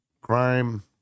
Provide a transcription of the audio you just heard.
crime